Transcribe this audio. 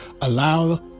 allow